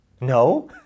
No